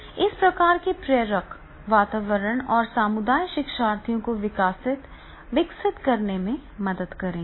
इस प्रकार के प्रेरक वातावरण और समुदाय शिक्षार्थियों को विकसित करने में मदद करेंगे